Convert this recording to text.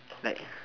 like